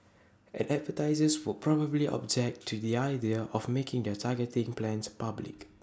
and advertisers would probably object to the idea of making their targeting plans public